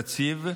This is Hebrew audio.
יציב,